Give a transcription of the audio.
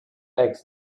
eggs